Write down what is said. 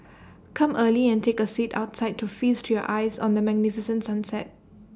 come early and take A seat outside to feast your eyes on the magnificent sunset